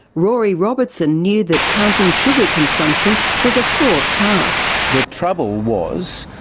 rory robertson knew that counting sugar consumption was a fraught task. the trouble was,